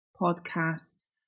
podcast